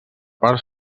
part